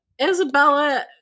Isabella